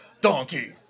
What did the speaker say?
Donkey